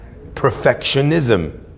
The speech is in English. Perfectionism